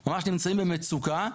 הם נמצאים במצוקה.